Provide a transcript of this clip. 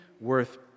worth